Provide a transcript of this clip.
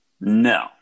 No